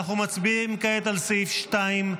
אנחנו מצביעים כעת על סעיף 2,